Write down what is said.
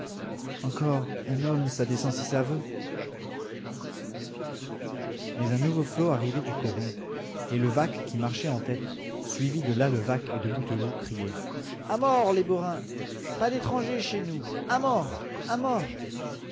encore un homme ça descend si ça veut mais un nouveau flot arrivait du coron et levaque qui marchait en tête suivi de la levaque et de bouteloup criait a mort les borains pas d'étrangers chez nous à mort à mort